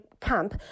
camp